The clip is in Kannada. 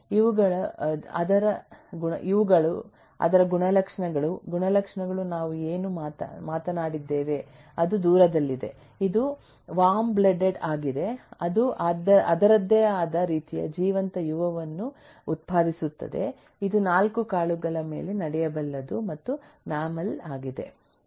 ಇವುಗಳು ಅದರ ಗುಣಲಕ್ಷಣಗಳು ಗುಣಲಕ್ಷಣಗಳು ನಾವು ಏನು ಮಾತನಾಡಿದ್ದೇವೆ ಅದು ದೂರದಲ್ಲಿದೆ ಇದು ವಾರ್ಮ್ ಬ್ಲಡೆಡ್ ಆಗಿದೆ ಅದು ಅದರದ್ದೇ ಆದ ರೀತಿಯ ಜೀವಂತ ಯುವ ಅನ್ನು ಉತ್ಪಾದಿಸುತ್ತದೆ ಇದು 4 ಕಾಲುಗಳ ಮೇಲೆ ನಡೆಯಬಲ್ಲದು ಮತ್ತು ಮ್ಯಾಮ್ಮಲ್ ಆಗಿದೆ